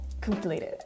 completed